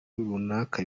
runaka